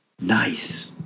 Nice